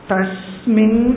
Tasmin